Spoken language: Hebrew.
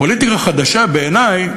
פוליטיקה חדשה, בעיני,